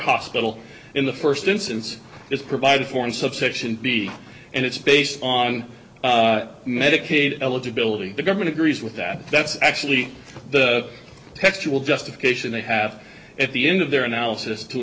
hospital in the first instance is provided for in subsection b and it's based on medicaid eligibility the government agrees with that that's actually the textual justification they have at the end of their analysis to